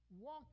walk